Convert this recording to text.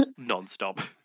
nonstop